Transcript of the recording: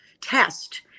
test